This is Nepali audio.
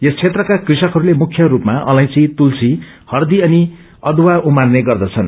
यस क्षेत्रका कृषकहरूले मुय रूपमा अलैची तुलसी हर्दी अनि अदुवा उपनि गर्दछन्